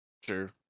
Sure